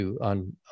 on